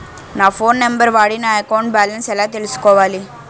నా phone number వాడి నా అకౌంట్ బాలన్స్ ఎలా తెలుసుకోవాలి?